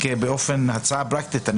כהצעה פרקטית,